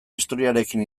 historiarekin